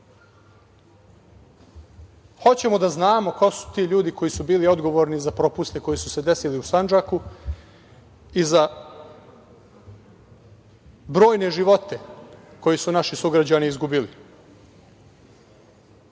Hoćemo da znamo ko su ti ljudi koji su bili odgovorni za propuste koji su se desili u Sandžaku i za brojne živote koji su naši sugrađani izgubili? Isto